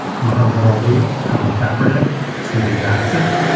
muhammad ali, colin kaepernick, stephen jackson,